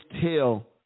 tell